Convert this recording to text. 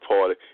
Party